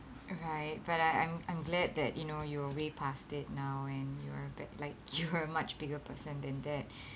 right but I I'm I'm glad that you know you're way past it now and you're be~ like you're much bigger person than that